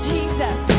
Jesus